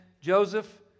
Joseph